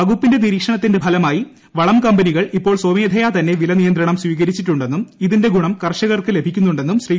വകുപ്പിന്റെ നിരീക്ഷണത്തിന്റെ ഫലമായി വളം കമ്പനികൾ ഇപ്പോൾ സ്വമേധയാ തന്നെ വില നിയന്ത്രണം സ്വീകരിച്ചിട്ടുണ്ടെന്നും ഇതിന്റെ ഗുണം കർഷകർക്ക് ലഭിക്കുന്നുണ്ടെന്നും ശ്രീ